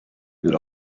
and